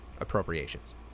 appropriations